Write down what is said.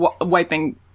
Wiping